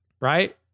Right